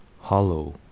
hollow